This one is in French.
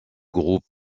groupe